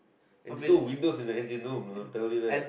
there's no windows in the engine room I will tell you that